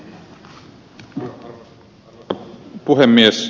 arvoisa puhemies